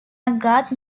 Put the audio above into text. mcgrath